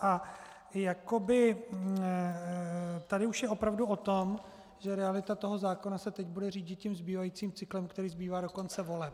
A tady už je to opravdu o tom, že realita toho zákona se teď bude řídit tím zbývajícím cyklem, který zbývá do konce voleb.